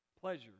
pleasure